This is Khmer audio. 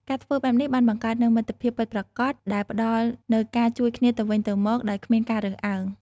ការធ្វើបែបនេះបានបង្កើតនូវមិត្តភាពពិតប្រាកដដែលផ្តល់នូវការជួយគ្នាទៅវិញទៅមកដោយគ្មានការរើសអើង។